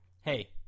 Hey